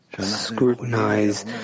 scrutinize